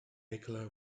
nikola